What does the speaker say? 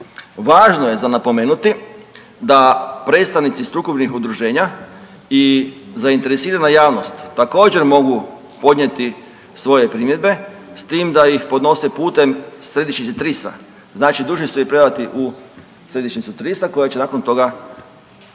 Važno je za napomenuti da predstavnici strukovnih udruženja i zainteresirana javnost također mogu podnijeti svoje primjedbe s tim da ih podnose putem središnjice TRIS-a. Znači dužni ste ju predati u središnjicu TRIS-a koja će nakon toga